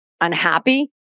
unhappy